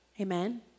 Amen